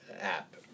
app